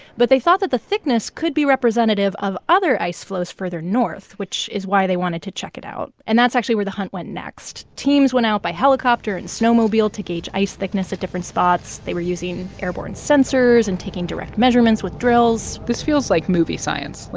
but they thought that the thickness could be representative of other ice floes further north, which is why they wanted to check it out. and that's actually where the hunt went next. teams went out by helicopter and snowmobile to gauge ice thickness at different spots. they were using airborne sensors and taking direct measurements with drills this feels like movie science,